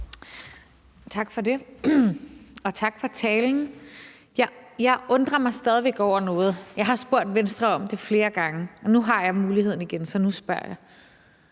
Tak for det, og tak for talen. Jeg undrer mig stadig væk over noget. Jeg har spurgt Venstre om det flere gange, og nu har jeg muligheden igen, så nu spørger jeg: